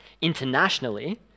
internationally